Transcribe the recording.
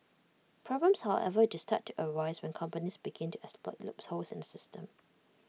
problems however do start to arise when companies begin to exploit loopholes in system